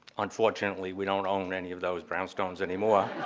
unfortunately we don't own any of those brownstones any more.